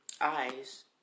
eyes